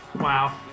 wow